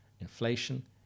inflation